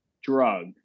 drug